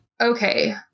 okay